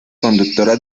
conductora